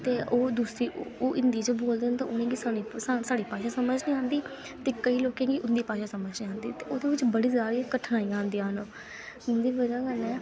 ते ओह् हिन्दी च बोलदे न ते साढ़ी भाशा समझ निं आंदी ते केईं लोकें गी उं'दी भाशा समझ निं आंदी ते ओह्दे बिच्च बड़ी सारी कठिनाइयां आंदियां न जिं'दी ब'जा कन्नै